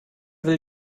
will